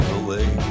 away